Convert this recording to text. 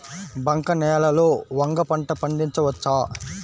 బంక నేలలో వంగ పంట పండించవచ్చా?